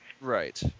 Right